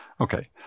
Okay